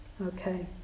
Okay